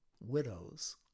widows